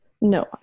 No